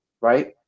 right